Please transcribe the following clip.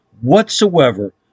whatsoever